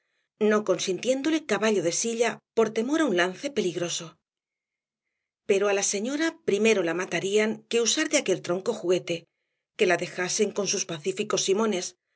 no consintiéndole caballo de silla por temor á un lance peligroso pero á la señora primero la matarían que usar de aquel tronco juguete que la dejasen con sus pacíficos simones